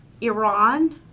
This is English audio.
Iran